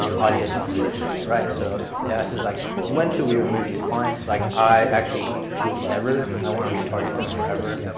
um audience restrictions, right? so it asks us like when should we remove these clients? like i actually choose never. i want to re-target them forever.